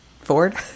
ford